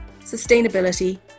sustainability